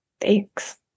thanks